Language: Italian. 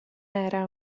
era